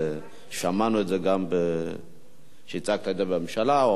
ושמענו שהצגת את זה בממשלה.